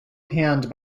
panned